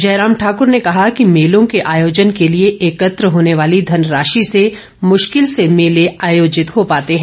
जयराम ठाकुर ने कहा कि मेलों के आयोजन के लिए एकत्र होने वाली धन राशि से मुश्किल से मेले आयोजित हो पाते हैं